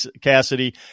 Cassidy